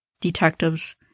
detectives